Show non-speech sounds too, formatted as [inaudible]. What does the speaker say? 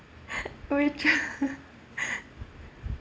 [breath] which [laughs] [breath]